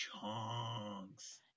chunks